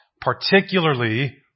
particularly